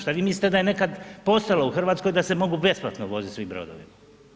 Šta vi mislite da je nekad postojalo u Hrvatskoj da se moglo besplatno voziti svim brodovima?